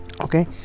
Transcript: Okay